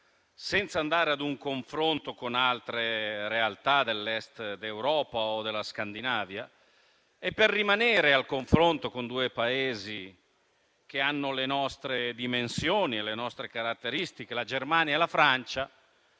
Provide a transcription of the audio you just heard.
Senza andare ad un confronto con altre realtà dell'Europa dell'Est o della Scandinavia e per rimanere al confronto con due Paesi che hanno le nostre dimensioni e le nostre caratteristiche, la Germania e la Francia,